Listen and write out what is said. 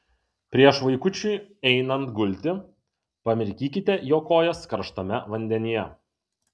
prieš vaikučiui einant gulti pamirkykite jo kojas karštame vandenyje